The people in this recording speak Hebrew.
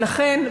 ולכן,